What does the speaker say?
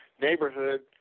neighborhood